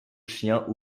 chien